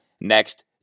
next